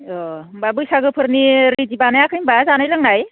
अह होमबा बैसागोफोरनि रेडि बानायाखै होमबा जानाय लोंनाय